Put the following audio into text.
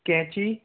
कैंची